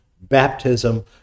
baptism